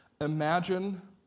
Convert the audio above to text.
Imagine